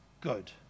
good